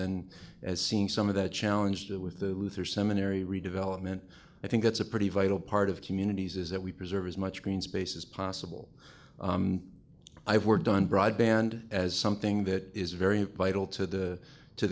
and as seeing some of that challenge there with the luther seminary redevelopment i think that's a pretty vital part of communities is that we preserve as much green space as possible i we're done broadband as something that is very vital to the to